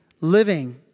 living